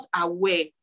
aware